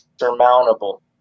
surmountable